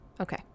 Okay